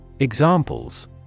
Examples